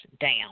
down